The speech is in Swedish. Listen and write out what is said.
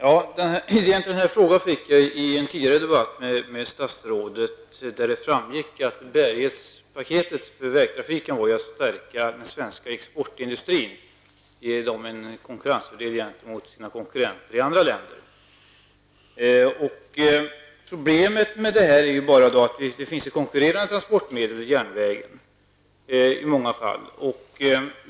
Herr talman! Upprinnelsen till frågan var en tidigare debatt med statsrådet, där det framgick att bärighetspaketet var tänkt att stärka den svenska exportindustrin genom att ge den konkurrensfördelar gentemot konkurrenterna i andra länder. Problemet är att det finns konkurrerande transportmedel i många fall.